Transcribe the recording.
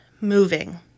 moving